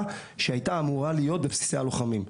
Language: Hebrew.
שהייתה אמורה להיות בבסיסי הלוחמים.